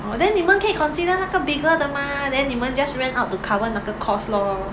but then 你们可以 consider 那个 bigger 的 mah then 你们 just rent out to cover 那个 costs lor